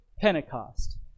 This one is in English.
pentecost